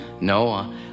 No